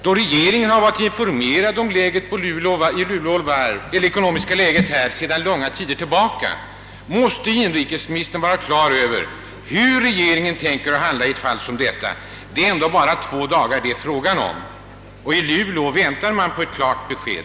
Då regeringen sedan lång tid är informerad om det ekonomiska läget vid varvet måste inrikesministern vara på det klara med hur regeringen tänker handla i detta fall; det är ändå bara två dagar det är fråga om, och i Luleå väntar man på ett klart besked.